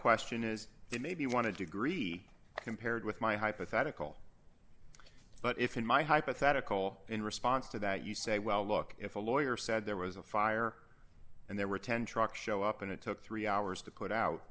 question is that maybe you want to degree compared with my hypothetical but if in my hypothetical in response to that you say well look if a lawyer said there was a fire and there were ten truck show up and it took three hours to put out